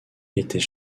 était